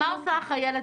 מה עושה החיילת?